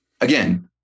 again